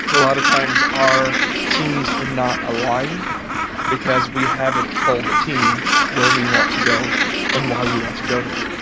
a lot of times our teams are not aligned because we haven't told the team where we want to go and why we want to go there.